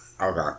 Okay